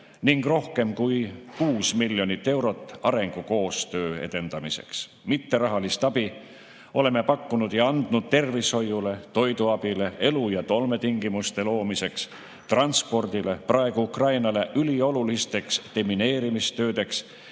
ning rohkem kui 6 miljonit eurot arengukoostöö edendamiseks. Mitterahalist abi oleme pakkunud ja andnud tervishoiule, toiduabile, elu‑ ja olmetingimuste loomiseks, transpordile, praegu Ukrainale üliolulisteks demineerimistöödeks